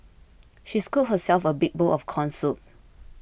she scooped herself a big bowl of Corn Soup